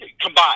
combined